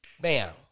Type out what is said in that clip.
Bam